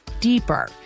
deeper